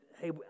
hey